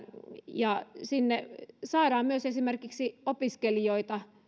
ja sinne saadaan myös esimerkiksi opiskelijoita